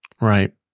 Right